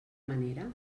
manera